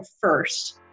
first